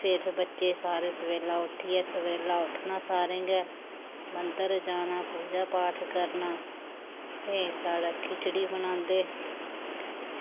फिर बच्चे सारे सवेल्ला उट्ठियै सवेल्ला उट्ठना सारें गै मंदर जाना पूज़ा पाठ करना फ्ही साढ़ै खिचड़ी बनांदे